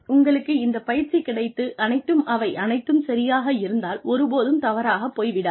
உங்களுக்கு இந்த பயிற்சி கிடைத்து அனைத்தும் அவை அனைத்தும் சரியாக இருந்தால் ஒருபோதும் தவறாக போய் விடாது